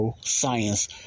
science